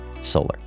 solar